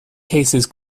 cases